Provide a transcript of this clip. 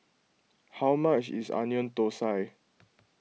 how much is Onion Thosai